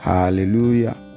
Hallelujah